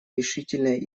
решительная